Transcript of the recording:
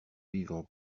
vivant